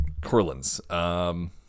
Corlins